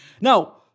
Now